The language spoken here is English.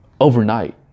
Overnight